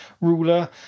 ruler